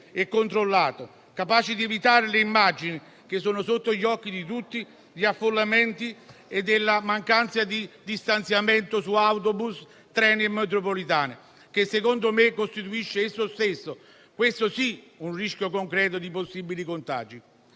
e controllato capace di evitare le immagini, che sono sotto gli occhi di tutti, di affollamenti e della mancanza di distanziamento su autobus, treni e metropolitane, che secondo me costituiscono essi stessi un rischio concreto di possibili contagi.